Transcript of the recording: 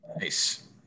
Nice